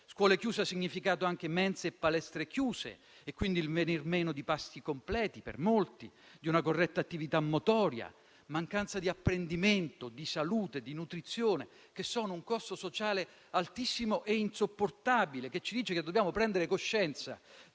Scuola chiusa ha significato anche mense e palestre chiuse e, quindi, il venir meno di pasti completi per molti, di una corretta attività motoria, di una mancanza di apprendimento, di salute e di nutrizione, che rappresentano un costo sociale altissimo e insopportabile. Questo ci dice che dobbiamo prendere coscienza